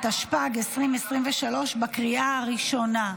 התשפ"ד 2024, בקריאה הראשונה.